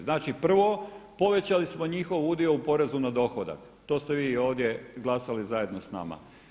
Znači, prvo povećali smo njihov udio u porezu na dohodak, to ste vi ovdje glasali zajedno s nama.